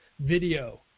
video